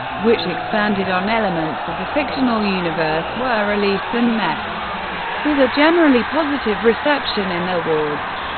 which expanded on elements of the fictional universe, were released and met with a generally positive reception and awards.